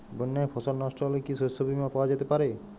বন্যায় ফসল নস্ট হলে কি শস্য বীমা পাওয়া যেতে পারে?